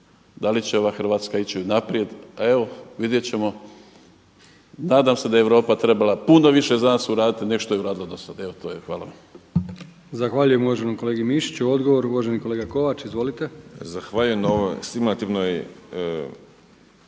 da li će ova Hrvatska ići naprijed. A evo vidjet ćemo. Nadam se da je Europa trebala puno više za nas uraditi nego što je uradila do sada. Evo to je hvala vam. **Brkić, Milijan (HDZ)** Zahvaljujem uvaženom kolegi Mišiću. Odgovor uvaženi kolega Kovač. Izvolite. **Kovač, Miro (HDZ)** Zahvaljujem na ovoj stimulativnoj